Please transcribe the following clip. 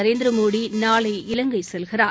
நரேந்திரமோடி நாளை இலங்கை செல்கிறார்